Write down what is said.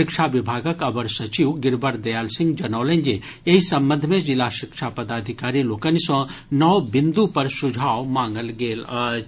शिक्षा विभागक अवर सचिव गिरिवर दयाल सिंह जनौलनि जे एहि संबंध मे जिला शिक्षा पदाधिकारी लोकनि सँ नओ बिंदु पर सुझाव मांगल गेल अछि